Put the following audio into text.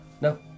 No